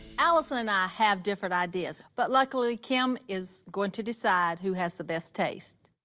allisyn and i have different ideas, but luckily kim is going to decide who has the best taste.